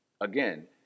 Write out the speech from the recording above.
Again